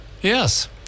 Yes